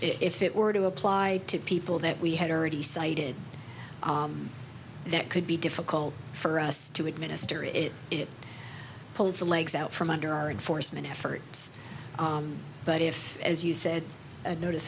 if it were to apply to people that we had already cited that could be difficult for us to administer it it pulls the legs out from under our enforcement efforts but if as you said a notice